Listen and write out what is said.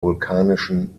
vulkanischen